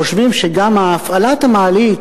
שחושבים שגם הפעלת המעלית,